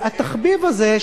והתחביב הזה,